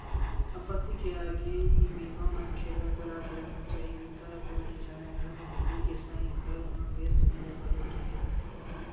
संपत्ति के आगी बीमा मनखे ल करा के रखना चाही बिपदा ल कोनो नइ जानय घर म बिजली के संग घर म गेस सिलेंडर घलोक रेहे रहिथे